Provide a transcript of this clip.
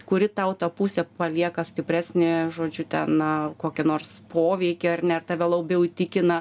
kuri tau ta pusė palieka stipresnį žodžiu ten kokį nors poveikį ar ne ir tave labiau įtikina